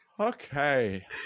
Okay